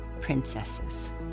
Princesses